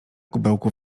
kubełku